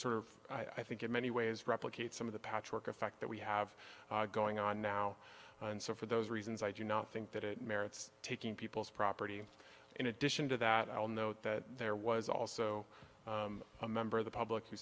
sort of i think in many ways replicate some of the patchwork effect that we have going on now and so for those reasons i do not think that it merits taking people's property in addition to that i'll note that there was also a member of the public